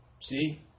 See